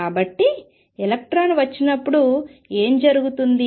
కాబట్టి ఎలక్ట్రాన్ వచ్చినప్పుడు ఏమి జరుగుతుంది